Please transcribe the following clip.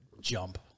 jump